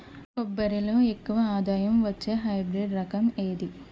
కొబ్బరి లో ఎక్కువ ఆదాయం వచ్చే హైబ్రిడ్ రకం ఏది?